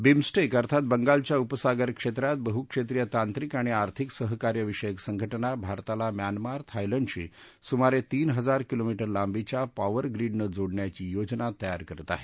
BIMSTEC अर्थात बंगालच्या उपसागर क्षेत्रात बहुक्षेत्रीय तांत्रिक आणि आर्थिक सहकार्यविषयक संघटना भारताला म्यानमार थायलंडशी सुमारे तीन हजार किलोमीटर लांबीच्या पॉवर ग्रीडनं जोडण्याची योजना तयार करत आहे